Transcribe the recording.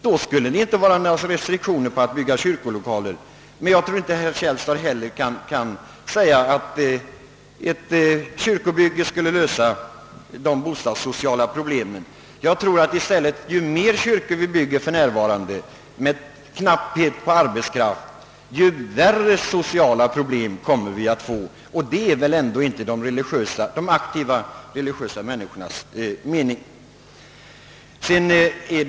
Då skulle ingen vilja ha restriktioner för kyrkolokaler. Herr Källstad kan nog inte heller säga att ett kyrkobygge skulle lösa de bostadssociala problemen. Jag tror att ju fler kyrkor vi bygger med nuvarande knapphet på arbetskraft, desto större sociala problem kommer vi att få. Detta är väl ändå inte de aktivt religiösa människornas mening att åstadkomma.